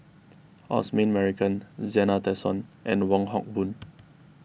Osman Merican Zena Tessensohn and Wong Hock Boon